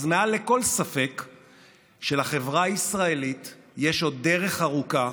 זה מעל לכל ספק שלחברה הישראלית יש עוד דרך ארוכה